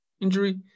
Injury